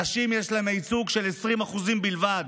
לנשים יש ייצוג של 20% בלבד,